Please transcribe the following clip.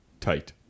tight